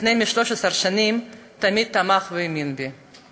לפני 13 שנה, תמיד תמך והאמין בי.